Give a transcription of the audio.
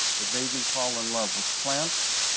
that made me fall in love with plants,